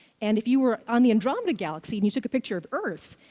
and if you were on the andromeda galaxy, and you took a picture of earth,